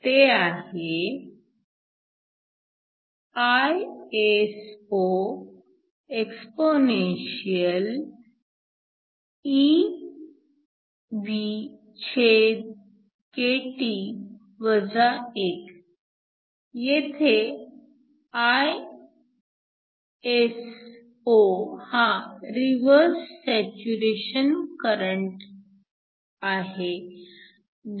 ते आहे IsoexpEvkT 1 येथे Iso हा रिव्हर्स सॅच्युरेशन करंट आहे